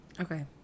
Okay